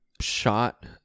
shot